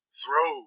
throw